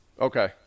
Okay